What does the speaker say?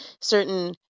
certain